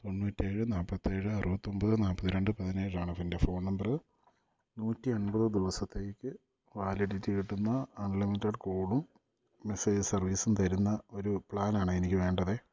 തൊണ്ണൂറ്റേഴ് നാൽപത്തേഴ് അറുപത്തൊമ്പത് നാൽപത്തിരണ്ട് പതിനേഴാണ് എൻ്റെ ഫോൺ നമ്പറ് നൂറ്റി അൻപത് ദിവസത്തേക്ക് വാലിഡിറ്റി കിട്ടുന്ന അൺലിമിറ്റഡ് കോളും മെസ്സേജ് സർവീസും തരുന്ന ഒരു പ്ലാനാണ് എനിക്ക് വേണ്ടത്